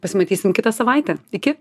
pasimatysim kitą savaitę iki